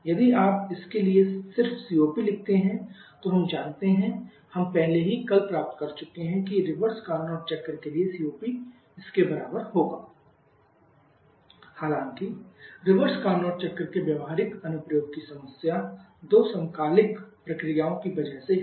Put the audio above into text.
यदि आप इसके लिए सिर्फ COP लिखते हैं तो हम जानते हैं हम पहले ही कल प्राप्त कर चुके हैं कि रिवर्स कारनोट चक्र के लिए COP इसके बराबर होगा COPrev Carnot cyle TETC TE हालांकि रिवर्स कार्नोट चक्र के व्यावहारिक अनुप्रयोग की समस्या दो ऐसेन्ट्रॉपिक प्रक्रियाओं की वजह से है